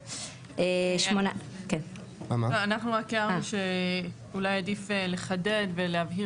אנחנו רק הערנו שאולי עדיף לחדד ולהבהיר